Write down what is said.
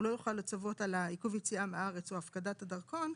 על עיכוב היציאה מהארץ או הפקדת הדרכון,